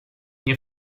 nie